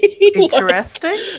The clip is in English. interesting